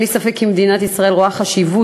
אין לי ספק שמדינת ישראל רואה חשיבות